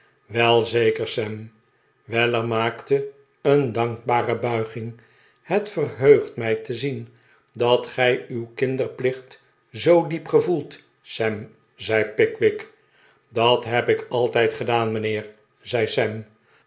wel zeker sam weller maakte een dankbare buiging het verheugt mij te zien dat gij uw kinderplicht zoo diep gevoelt sam zei pickwick dat heb ik altijd gedaan mijnheer zei